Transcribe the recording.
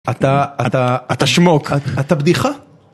אתה, אתה, אתה שמוק. אתה בדיחה..